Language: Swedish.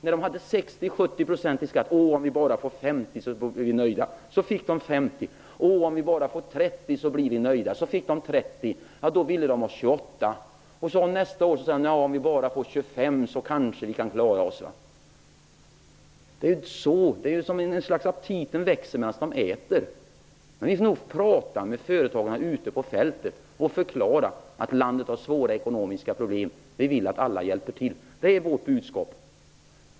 När de hade 60 à 70 % i skatt, sade de att om de hade bara 50 % i skatt, så skulle de vara nöjda. Så blev skatten 50 %, och då sade de att om skatten blev bara 30 %, så skulle de vara nöjda. När skatten blev 30 %, ville de att den skulle vara 28 %. Året därpå sade de: ''Om skatten blir bara 25 % kanske vi kan klara oss.'' Det är som när aptiten växer medan man äter. Vi får prata med företagarna ute på fältet och förklara att landet har svåra ekonomiska problem och att vi vill att alla skall hjälpa till. Det är vårt budskap.